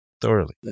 thoroughly